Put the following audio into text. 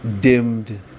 dimmed